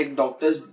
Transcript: doctors